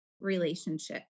relationship